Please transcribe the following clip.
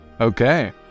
okay